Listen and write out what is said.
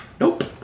Nope